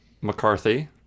McCarthy